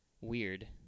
weird